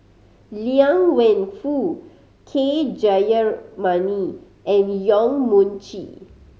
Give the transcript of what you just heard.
Liang Wenfu K Jayamani and Yong Mun Chee